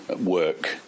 work